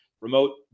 remote